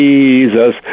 Jesus